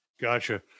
Gotcha